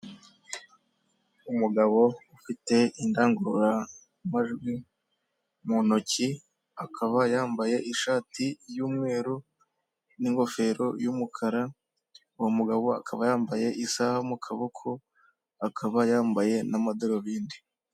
Umugabo ufite indangururamajwi mu ntoki akaba yambaye ishati y'umweru n'ingofero y'umukara ,uwo mugabo akaba yambaye isaha mu kaboko akaba yambaye n'amadarubindi.